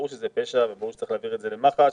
ברור שזה פשע וברור שצריך להעביר את זה במח"ש.